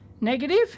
negative